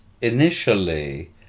initially